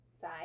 side